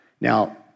Now